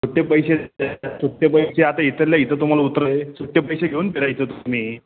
सुटे पैसे सुटे पैसे आता इथल्या इथं तुम्हाला उतरू होय सुटे पैसे घेऊन फिरायचं तुम्ही